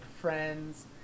friends